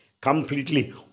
completely